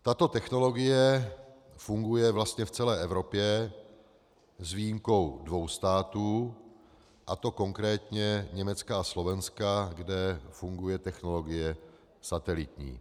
Tato technologie funguje v celé Evropě s výjimkou dvou států, a to konkrétně Německa a Slovenska, kde funguje technologie satelitní.